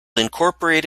incorporate